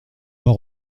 pas